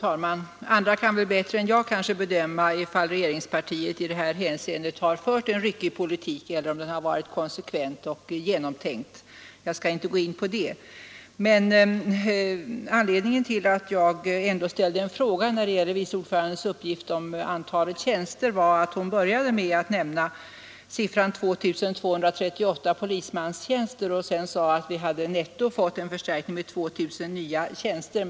86 Fru talman! Andra kan kanske bättre tiet i detta hänseende fört en ryckig politik, n jag bedöma om regeringspareller om den varit genomtänkt och konsekvent. Jag skall inte gå in på det. Anledningen till att jag ställde en fråga beträffande vice ordförandens uppgift om antalet tjänster var att hon började med att nämna att vi hade 2238 polismanstjänster och sedan sade att vi netto fått en förstärkning med 2000 tjänster.